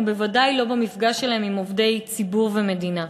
ובוודאי לא במפגש שלהן עם עובדי ציבור ומדינה.